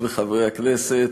וחברי הכנסת,